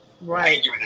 Right